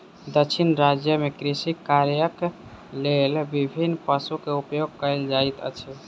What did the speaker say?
दक्षिण राज्य में कृषि कार्यक लेल विभिन्न पशु के उपयोग कयल जाइत अछि